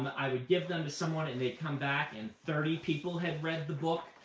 i would give them to someone, and they'd come back and thirty people had read the book.